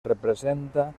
representa